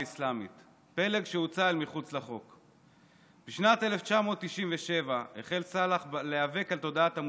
03:00. אני שמח לראותך כאן,